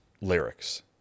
lyrics